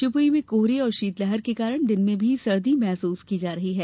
शिवपुरी में कोहरे और शीतलहर के कारण दिन में भी सर्दी महसूस की जा रही है